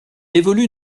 évolue